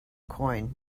coin